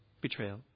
betrayal